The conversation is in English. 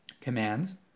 commands